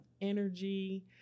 energy